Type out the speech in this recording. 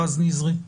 רז נזרי,